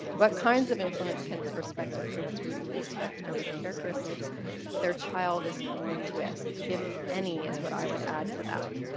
what kinds of influence can prospective parents reasonably expect over the characteristics their child is born with? if any is what i would add to that.